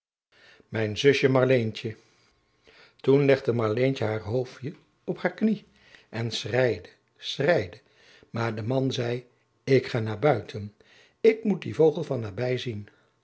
mijn zusje marleentje toen legde marleentje haar hoofdje op haar knie en schreide schreide maar de man zei ik ga naar buiten ik moet dien vogel van dichtbij zien